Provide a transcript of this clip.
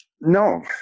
No